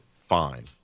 fine